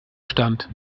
stand